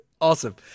Awesome